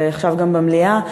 ועכשיו גם במליאה,